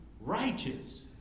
righteous